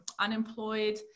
unemployed